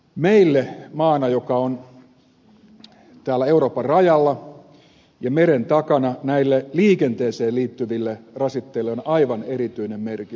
meille maana joka on täällä euroopan rajalla ja meren takana näillä liikenteeseen liittyvillä rasitteilla on aivan erityinen merkitys